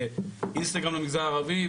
ואינסטגרם למגזר הערבי,